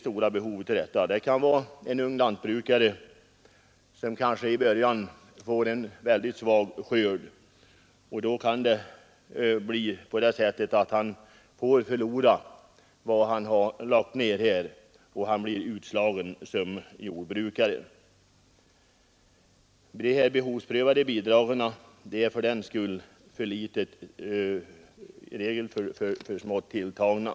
Det kan vara fråga om en ung lantbrukare, som i starten får en mycket svag skörd. Han får då kanske förlora vad han lagt ned i kostnader och han blir utslagen som jordbrukare. De behovsprövade bidragen är för smått tilltagna.